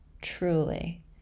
Truly